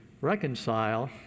Reconcile